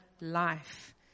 life